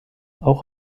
auch